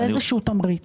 זה איזשהו תמריץ.